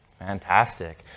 Fantastic